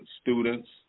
students